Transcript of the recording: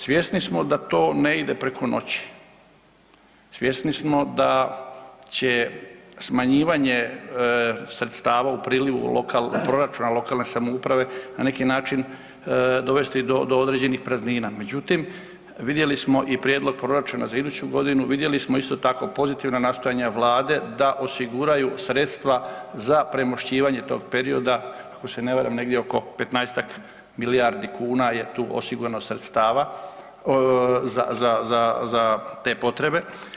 Svjesni smo da to ne ide preko noći, svjesni smo da će smanjivanje sredstava u prilivu lokalne, proračuna lokalne samouprave na neki način dovesti do određenih praznina, međutim vidjeli smo i prijedlog proračuna za iduću godinu, vidjeli smo isto tako pozitivna nastojanja Vlade da osiguraju sredstva za premošćivanje tog perioda ako se na varam negdje oko 15-tak milijardi kuna je tu osigurano sredstava za te potrebe.